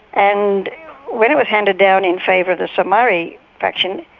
and when it was handed down in favour of the somare faction,